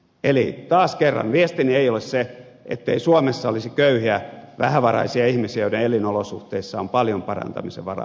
eli taas kerran viestini ei ole se ettei suomessa olisi köyhiä vähävaraisia ihmisiä joiden elinolosuhteissa on paljon parantamisen varaa